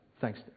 Thanks